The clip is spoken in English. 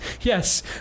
yes